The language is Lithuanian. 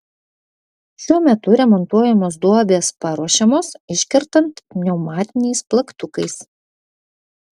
šiuo metu remontuojamos duobės paruošiamos iškertant pneumatiniais plaktukais